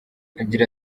agira